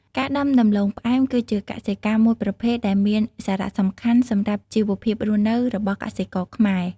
ការដាំដំឡូងផ្អែមគឺជាកសិកម្មមួយប្រភេទដែលមានសារសំខាន់សម្រាប់ជីវភាពរស់នៅរបស់កសិករខ្មែរ។